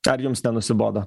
ar jums nenusibodo